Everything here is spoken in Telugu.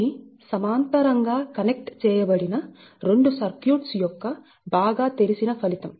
ఇది సమాంతరంగా కనెక్ట్ చేయబడిన 2 సర్క్యూట్స్ యొక్క బాగా తెలిసిన ఫలితం